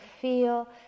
feel